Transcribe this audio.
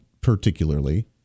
particularly